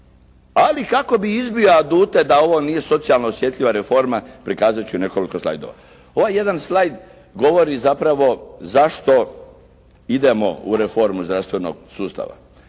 ali kako bi izbio adute da ovo nije socijalno osjetljiva reforma prikazujući nekoliko slajdova. Ovaj jedan slajd govori zapravo zašto idemo u reformu zdravstvenog sustava.